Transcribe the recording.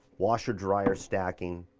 washer dryer stacking.